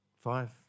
five